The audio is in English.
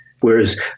Whereas